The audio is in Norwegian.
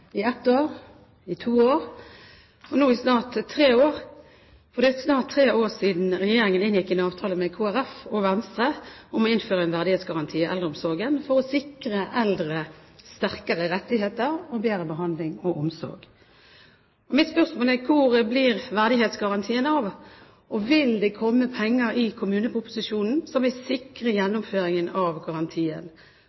i et år, i to år, og nå snart i tre år. For det er snart tre år siden Regjeringen inngikk en avtale med Kristelig Folkeparti og Venstre om å innføre en verdighetsgaranti i eldreomsorgen for å sikre eldre sterkere rettigheter og bedre behandling og omsorg. Mitt spørsmål er: Hvor blir verdighetsgarantien av? Og vil det komme penger i kommuneproposisjonen som vil sikre